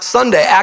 Sunday